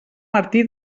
martí